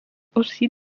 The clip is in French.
aussi